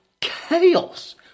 chaos